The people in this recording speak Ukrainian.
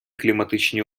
кліматичні